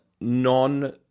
non